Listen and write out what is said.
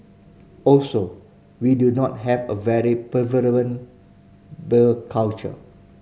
also we do not have a very prevalent bar culture